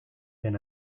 zen